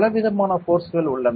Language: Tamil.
பலவிதமான ஃபோர்ஸ்கள் உள்ளன